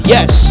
Yes